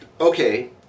Okay